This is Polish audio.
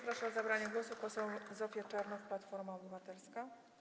Proszę o zabranie głosu poseł Zofię Czernow, Platforma Obywatelska.